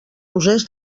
rosers